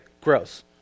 gross